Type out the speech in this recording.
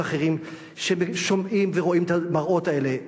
אחרים כששומעים ורואים את המראות האלה.